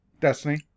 Destiny